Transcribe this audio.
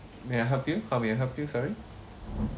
may I help you how may I help you sorry